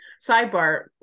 Sidebar